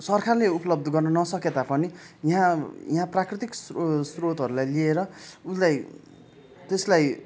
सरकारले उपलब्ध गर्न नसके तापनि यहाँ यहाँ प्राकृतिक स्रो स्रोतहरूलाई लिएर उसलाई त्यसलाई